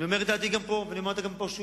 אני אומר את דעתי גם פה, ואני אומר אותה פה שוב: